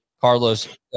Carlos